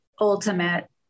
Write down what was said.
ultimate